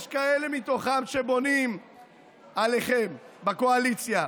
יש כאלה מתוכם שבונים עליכם בקואליציה,